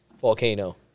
volcano